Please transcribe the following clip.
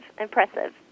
impressive